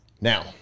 Now